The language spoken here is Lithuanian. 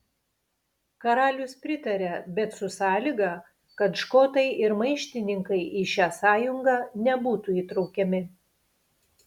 karalius pritaria bet su sąlyga kad škotai ir maištininkai į šią sąjungą nebūtų įtraukiami